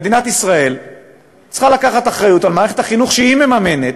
מדינת ישראל צריכה לקחת אחריות על מערכת החינוך שהיא מממנת